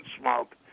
smoke